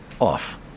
off